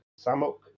Samuk